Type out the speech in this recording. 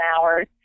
hours